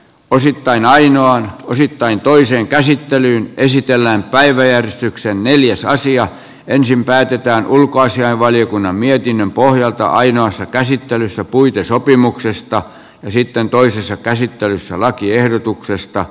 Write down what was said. osittain ainoan osittain toiseen käsittelyyn esitellään päiväjärjestyksen neljäsosia ensin päätetään ulkoasiainvaliokunnan mietinnön pohjalta ainoassa käsittelyssä puitesopimuksesta ja sitten toisessa käsittelyssä lakiehdotuksesta